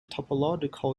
topological